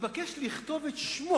יתבקש לכתוב את שמו